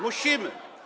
Musimy.